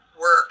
work